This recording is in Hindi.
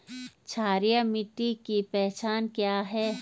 क्षारीय मिट्टी की पहचान क्या है?